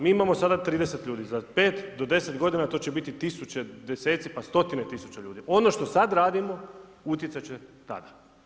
Mi imamo sada 30 ljudi, za 5 do 10 godina to će biti 1000, deseci, pa stotine tisuća ljudi. ono što sad radimo utjecat će tada.